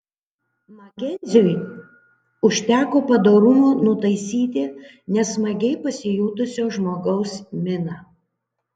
makenziui užteko padorumo nutaisyti nesmagiai pasijutusio žmogaus miną